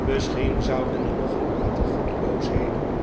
misschien zouden er nog een aantal goddeloosheden